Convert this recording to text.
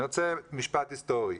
אני רוצה משפט היסטורי.